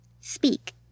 speak